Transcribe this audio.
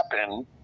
happen